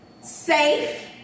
safe